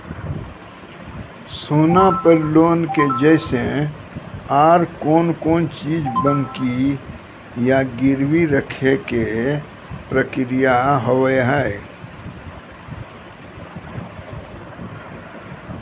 सोना पे लोन के जैसे और कौन कौन चीज बंकी या गिरवी रखे के प्रक्रिया हाव हाय?